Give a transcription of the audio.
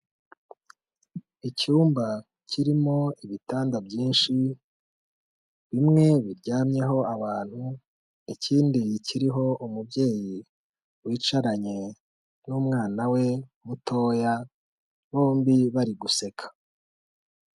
Icyumba kirimo ibitanda byinshi bimwe biryamyeho abantu, ikindi kiriho umubyeyi wicaranye n’umwana we mutoya bombi bari guseka.